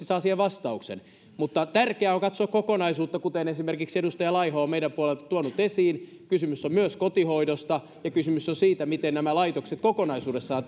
saa siihen vastauksen tärkeää on katsoa kokonaisuutta ja kuten esimerkiksi edustaja laiho on meidän puoleltamme tuonut esiin kysymys on myös kotihoidosta ja kysymys on siitä miten nämä laitokset kokonaisuudessaan